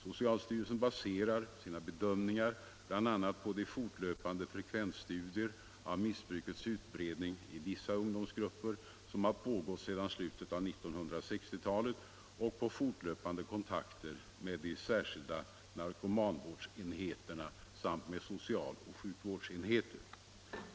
Socialstyrelsen baserar sina bedömningar bl.a. på de fortlöpande frekvensstudier av missbrukets utbredning i vissa ungdomsgrupper som har pågått sedan slutet av 1960-talet och på fortlöpande kontakter med de särskilda narkomanvårdsenheterna samt med socialoch sjukvårdsenheter.